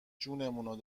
جونمون